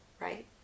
right